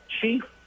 chief